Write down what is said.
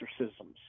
exorcisms